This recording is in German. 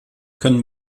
können